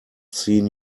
seen